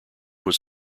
was